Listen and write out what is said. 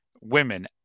women